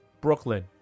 Brooklyn